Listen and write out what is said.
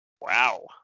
Wow